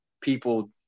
people